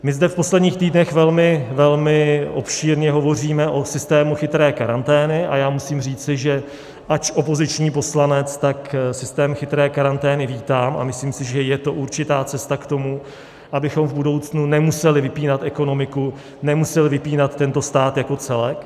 My zde v posledních týdnech velmi obšírně hovoříme o systému chytré karantény a já musím říci, že ač opoziční poslanec, tak systém chytré karantény vítám a myslím si, že je to určitá cesta k tomu, abychom v budoucnu nemuseli vypínat ekonomiku, nemuseli vypínat tento stát jako celek.